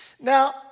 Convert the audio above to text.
Now